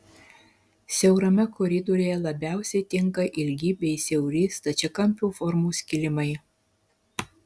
siaurame koridoriuje labiausiai tinka ilgi bei siauri stačiakampio formos kilimai